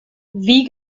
wie